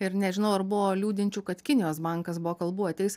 ir nežinau ar buvo liūdinčių kad kinijos bankas buvo kalbų ateis